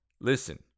Listen